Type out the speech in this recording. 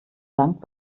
lang